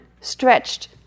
stretched